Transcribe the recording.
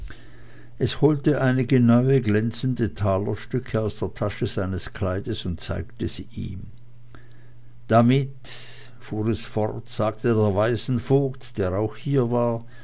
es holte einige neu glänzende talerstücke aus der tasche seines kleides und zeigte sie ihm damit fuhr es fort sagte der waisenvogt der auch hier war